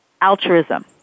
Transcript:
Altruism